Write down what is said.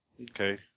Okay